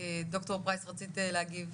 דוקטור פרייס, רצית להגיב.